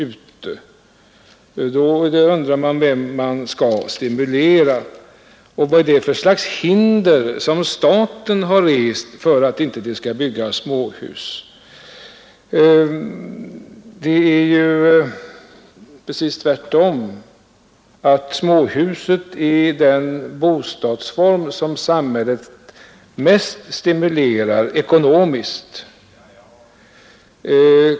Man undrar då vem man skall stimulera. Vad är det för slags hinder som staten rest mot småhusbyggande? Småhuset är tvärtom den bostadsform som samhället mest stimulerar ekonomiskt.